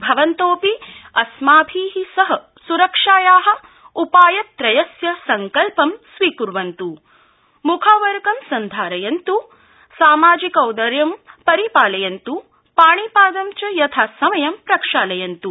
भवन्तोऽपि अस्माभि सह सुरक्षाया उपायत्रयस्य सङ्कल्पं स्वीक्वन्तु मुखावरकं सन्धारयन्त् सामाजिकदौर्यं परिपालयन्तु पाणिपादं च यथासमयं प्रक्षालयन्त्